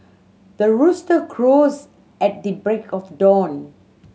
the rooster crows at the break of dawn